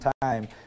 time